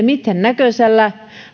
mitään näkösällä